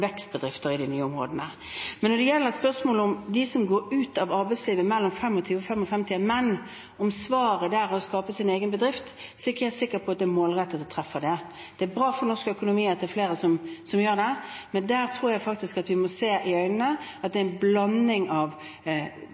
vekstbedrifter på de nye områdene. Men når det gjelder spørsmålet om at de som går ut av arbeidslivet, er menn mellom 25 og 55 år, og om svaret der er å skape sin egen bedrift, er jeg ikke sikker på at det er målrettet og treffer. Det er bra for norsk økonomi at det er flere som gjør det, men der tror jeg faktisk vi må se i øynene at der er det en blanding av